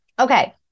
Okay